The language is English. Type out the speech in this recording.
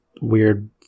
weird